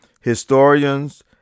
Historians